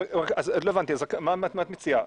לא הבנתי מה את מציעה.